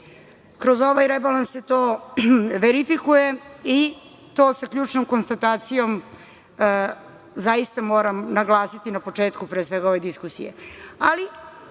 Kroz ovaj rebalans se to verifikuje i to sa ključnom konstatacijom, zaista moram naglasiti, na početku pre svega ove diskusije.